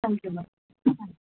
thank you ma'am ah